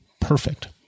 perfect